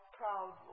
proud